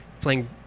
Playing